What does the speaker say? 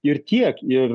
ir tiek ir